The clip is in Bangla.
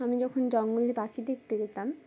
আমি যখন জঙ্গলের পাখি দেখতে যেতাম